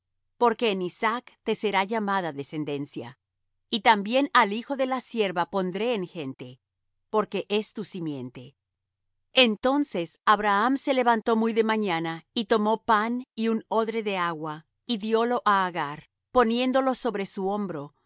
porque en isaac te será llamada descendencia y también al hijo de la sierva pondré en gente porque es tu simiente entonces abraham se levantó muy de mañana y tomó pan y un odre de agua y diólo á agar poniéndolo sobre su hombro